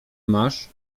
masz